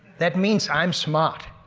that means i'm smart.